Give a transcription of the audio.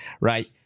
right